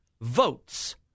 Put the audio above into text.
votes